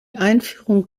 einführung